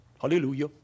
Hallelujah